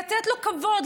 לתת לו כבוד,